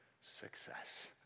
success